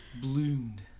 bloomed